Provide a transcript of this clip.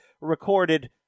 recorded